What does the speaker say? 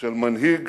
של מנהיג